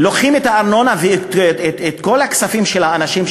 לוקחים את הארנונה ואת כל הכספים של האנשים,